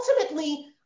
ultimately